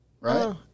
right